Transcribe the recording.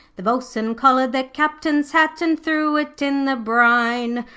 the bo'sun collared the captain's hat and threw it in the brine.